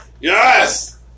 Yes